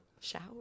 shower